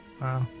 Wow